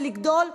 ולגדול,